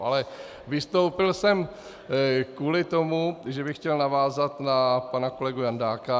Ale vystoupil jsem kvůli tomu, že bych chtěl navázat na pana kolegu Jandáka.